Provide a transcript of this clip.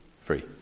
free